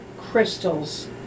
crystals